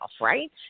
right